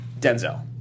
Denzel